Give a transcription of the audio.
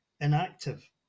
inactive